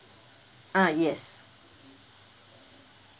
ah yes